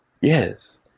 yes